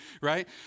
right